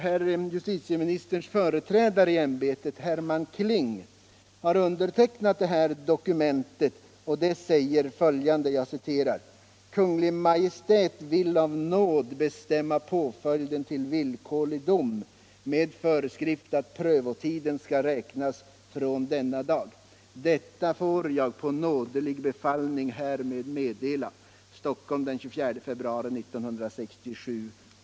Herr justitieministerns företrädare i ämbetet Herman Kling har undertecknat detta dokument som säger: ”Kungl. Maj:t vill av nåd bestämma påföljden till villkorlig dom med föreskrift att prövotiden skall räknas från denna dag. Detta får jag, på nådig befallning, härgenom meddela. Stockholm den 24 februari 1967.